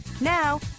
Now